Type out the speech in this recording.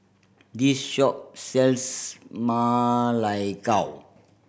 this shop sells Ma Lai Gao